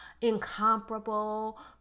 incomparable